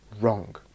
wrong